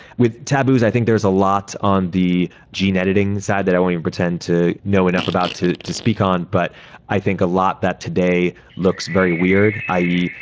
with taboos, i think there is a lot on the gene editing side that i won't even pretend to know enough about to to speak on, but i think a lot that today looks very weird, i e.